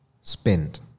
spend